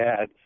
add